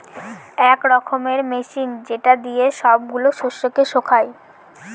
এক রকমের মেশিন যেটা দিয়ে সব গুলা শস্যকে শুকায়